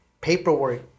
paperwork